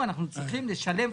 להשתלט על